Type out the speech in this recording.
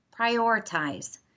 prioritize